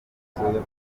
afungiye